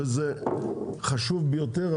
וזה חשוב ביותר,